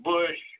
Bush